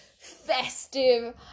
festive